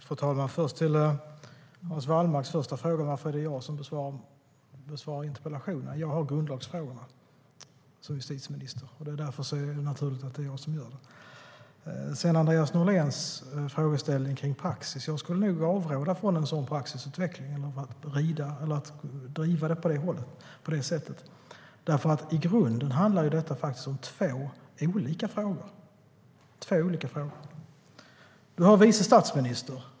Fru talman! Först till Hans Wallmark och hans första fråga om varför det är jag som besvarar interpellationen: Jag har grundlagsfrågorna som justitieminister, och därför är det naturligt att det är jag som gör det. När det gäller Andreas Norléns frågeställning kring praxis skulle jag avråda från att driva på en sådan praxisutveckling, för i grunden handlar detta faktiskt som två olika frågor. Vi har titeln vice statsminister.